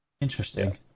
Interesting